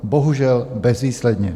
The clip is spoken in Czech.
Bohužel bezvýsledně.